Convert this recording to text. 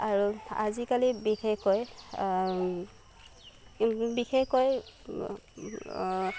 আৰু আজি কালি বিশেষকৈ বিশেষকৈ